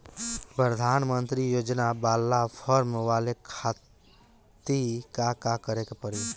प्रधानमंत्री योजना बाला फर्म बड़े खाति का का करे के पड़ी?